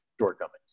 shortcomings